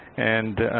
and,